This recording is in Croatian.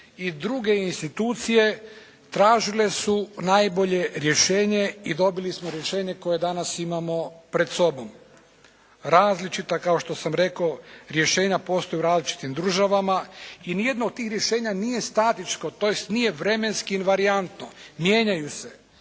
i druge institucije tražile su najbolje rješenje i dobili smo rješenje koje danas imamo pred sobom. Različita kao što sam rekao rješenja postoje u različitim državama i ni jedno od tih rješenja nije statičko tj. nije vremenski varijantno. Mijenjaju se